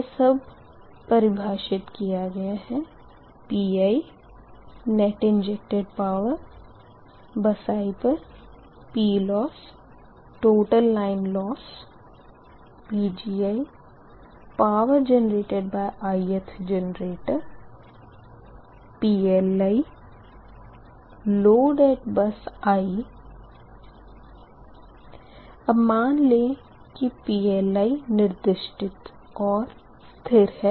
यह सब परिभाषित किया गया है Pi net injected power at bus i PLosstotal line loss Pgi power generated by ithgenerator PLi load at bus i मान लें की PLi निर्दिष्टित और स्थिर है